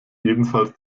ebenfalls